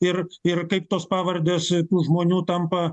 ir ir kaip tos pavardės tų žmonių tampa